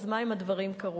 אז מה אם הדברים קרו?